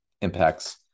impacts